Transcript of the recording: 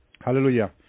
Hallelujah